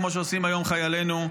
כמו שעושים היום חיילינו.